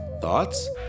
thoughts